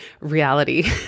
reality